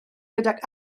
gydag